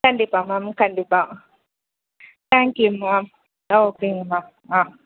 கண்டிப்பாக மேம் கண்டிப்பாக thank you ma'am